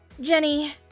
Jenny